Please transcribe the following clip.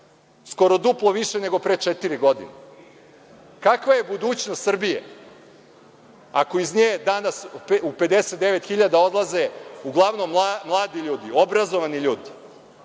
Skoro duplo više nego pre četiri godine. Kakva je budućnost Srbije, ako iz nje danas 59.000 odlazi, uglavnom mladi ljudi, obrazovani ljudi?